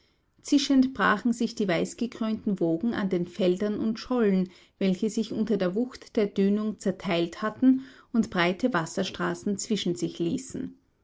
zischend brachen sich die weißgekrönten wogen an den feldern und schollen welche sich unter der wucht der dünung zerteilt hatten und breite wasserstraßen zwischen sich ließen